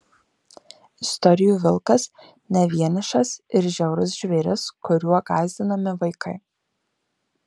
istorijų vilkas ne vienišas ir žiaurus žvėris kuriuo gąsdinami vaikai